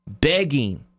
begging